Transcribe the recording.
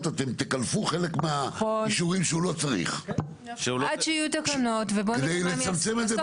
לא מדובר על שינוי ייעוד קרקע, או משהו כזה.